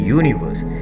universe